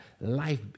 life